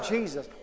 Jesus